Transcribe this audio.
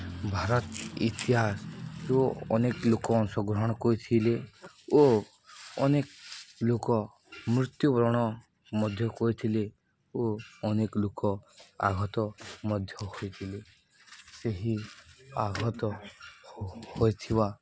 ଭାରତ ଇତିହାସ ଓ ଅନେକ ଲୋକ ଅଂଶଗ୍ରହଣ କରିଥିଲେ ଓ ଅନେକ ଲୋକ ମୃତ୍ୟୁବରଣ ମଧ୍ୟ କରିଥିଲେ ଓ ଅନେକ ଲୋକ ଆହତ ମଧ୍ୟ ହୋଇଥିଲେ ସେହି ଆହତ ହୋଇଥିବା